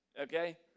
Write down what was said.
Okay